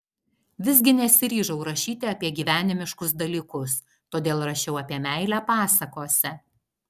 visgi nesiryžau rašyti apie gyvenimiškus dalykus todėl rašiau apie meilę pasakose